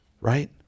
right